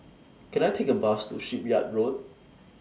Can I Take A Bus to Shipyard Road